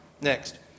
Next